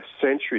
centuries